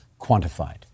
quantified